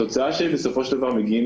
התוצאה אליה בסופו של דבר מגיעים